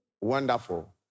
wonderful